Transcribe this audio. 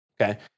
okay